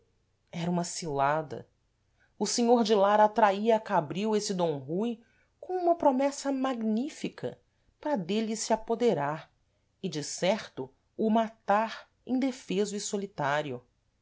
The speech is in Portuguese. era uma cilada o senhor de lara atraía a cabril êsse d rui com uma promessa magnífica para dêle se apoderar e de certo o matar indefeso e solitário